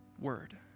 word